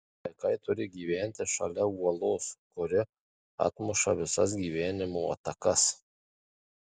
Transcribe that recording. vaikai turi gyventi šalia uolos kuri atmuša visas gyvenimo atakas